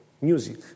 music